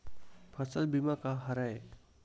फसल बीमा का हरय?